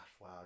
wow